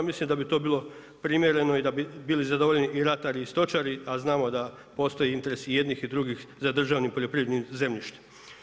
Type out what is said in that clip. Mislim da bi to bilo primjereno i da bi bili zadovoljni i ratari i stočari, a znamo da postoji interes i jednih i drugih za državnim poljoprivrednim zemljištem.